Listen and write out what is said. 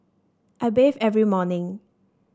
I bathe every morning